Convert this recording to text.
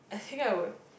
I think I would